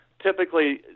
typically